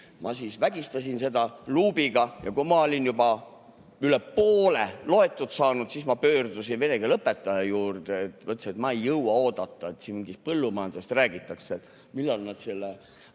Ma siis vägistasin seda luubiga. Kui ma olin juba üle poole loetud saanud, siis ma pöördusin vene keele õpetaja poole, ütlesin, et ma ei jõua oodata, siin mingist põllumajandusest räägitakse, millal nad selle